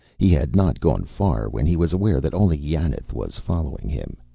he had not gone far when he was aware that only yanath was following him.